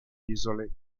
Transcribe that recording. isole